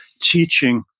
teaching